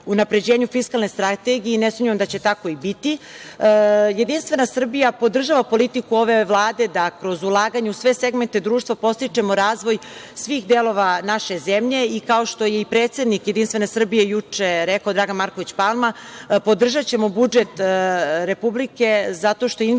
unapređenju fiskalne strategije i ne sumnjam da će tako i biti. Jedinstvena Srbija podržava politiku ove vlade da kroz ulaganja u sve segmente društva podstičemo razvoj svih delova naše zemlje i kao što je i predsednik Jedinstvene Srbije, Dragan Marković Palma, juče rekao, podržaćemo budžet Republike zato što investicioni